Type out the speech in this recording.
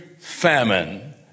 famine